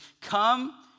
come